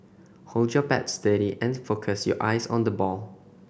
hold your bat steady and focus your eyes on the ball